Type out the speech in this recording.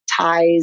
ties